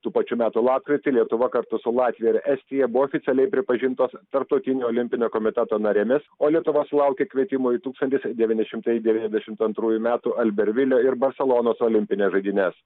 tų pačių metų lapkritį lietuva kartu su latvija ir estija buvo oficialiai pripažintos tarptautinio olimpinio komiteto narėmis o lietuva sulaukė kvietimo į tūkstantis devyni šimtai devyniasdešimt antrųjų metų albervilio ir barselonos olimpines žaidynes